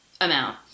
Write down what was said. amount